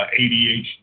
ADHD